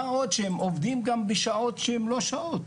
מה עוד שהם עובדים גם בשעות שהן לא שעות.